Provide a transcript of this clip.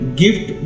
gift